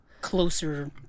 closer